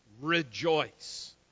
rejoice